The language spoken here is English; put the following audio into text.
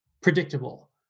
predictable